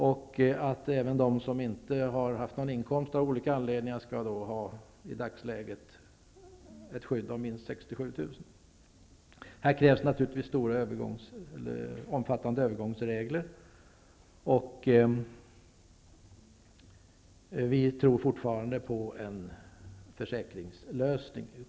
Även de som av olika anledningar inte har haft någon inkomst skall ha ett skydd som i dagsläget uppgår till minst 67 000 kr. Här krävs naturligtvis omfattande övergångsregler. Vi tror fortfarande på en försäkringslösning.